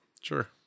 Sure